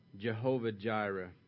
Jehovah-Jireh